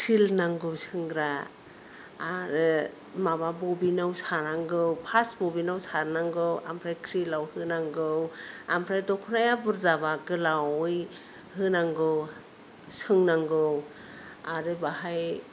krill नांगौ सोंग्रा आरो माबा बबिनाव सानांगौ फार्स्ट बबिनाव सानांगौ आमफ्राय क्रिलाव होनांगौ आमफ्राय दख'नाया बुरजाबा गोलावै होनांगौ सोंनांगौ आरो बाहाय